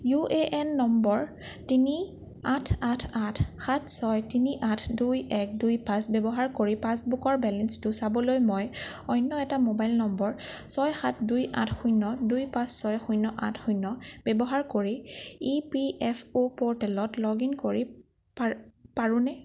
U A N নম্বৰ তিনি আঠ আঠ আঠ সাত ছয় তিনি আঠ দুই এক দুই পাঁচ ব্যৱহাৰ কৰি পাছবুকৰ বেলেঞ্চটো চাবলৈ মই অন্য এটা মোবাইল নম্বৰ ছয় সাত দুই আঠ শূন্য দুই পাঁচ ছয় শূন্য আঠ শূন্য ব্যৱহাৰ কৰি ই পি এফ অ' প'ৰ্টেলত লগ ইন কৰি পাৰোঁ পাৰোঁনে